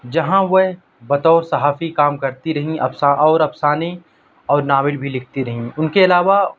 جہاں وہ بطور صحافی کام کرتی رہیں اور افسانے اور ناول بھی لکھتی رہیں ان کے علاوہ